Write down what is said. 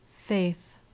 Faith